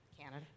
Canada